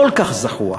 כל כך זחוח,